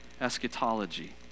eschatology